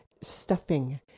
stuffing